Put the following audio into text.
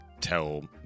tell